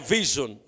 vision